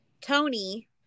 Tony